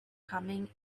coming